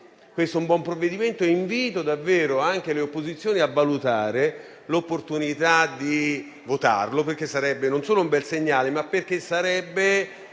questo è un buon provvedimento. E invito davvero anche le opposizioni a valutare l'opportunità di votarlo, perché sarebbe non solo un bel segnale, ma anche